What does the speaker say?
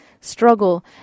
struggle